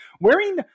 Wearing